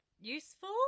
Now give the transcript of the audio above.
useful